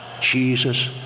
Jesus